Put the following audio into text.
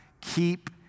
keep